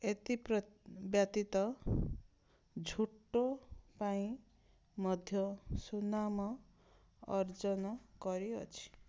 ଏଥି ବ୍ୟତୀତ ଝୁଟ ପାଇଁ ମଧ୍ୟ ସୁନାମ ଅର୍ଜନ କରିଅଛି